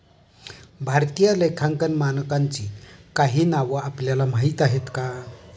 भारतीय लेखांकन मानकांची काही नावं आपल्याला माहीत आहेत का?